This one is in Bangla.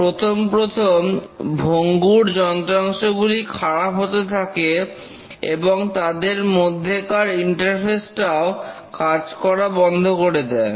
প্রথম প্রথম ভঙ্গুর যন্ত্রাংশ গুলি খারাপ হতে থাকে এবং তাদের মধ্যেকার ইন্টারফেস টাও কাজ করা বন্ধ করে দেয়